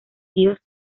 dios